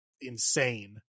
insane